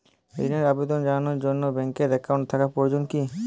ঋণের আবেদন জানানোর জন্য ব্যাঙ্কে অ্যাকাউন্ট থাকা প্রয়োজন কী?